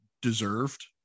deserved